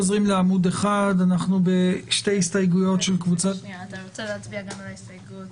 אתה רוצה להצביע גם על ההסתייגות